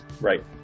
Right